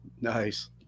Nice